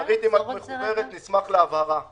שרית, נשמח להבהרה אם את מחוברת.